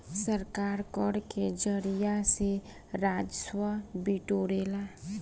सरकार कर के जरिया से राजस्व बिटोरेला